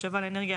השבה לאנרגיה